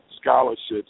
scholarships